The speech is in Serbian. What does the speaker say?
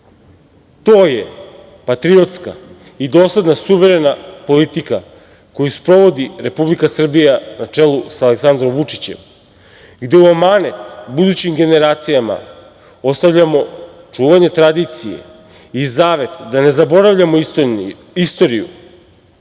To je patriotska i dosledna suverena politika koju sprovodi Republika Srbija na čelu sa Aleksandrom Vučićem, gde u amanet budućim generacijama ostavljamo čuvanje tradicije i zavet da ne zaboravljamo istoriju,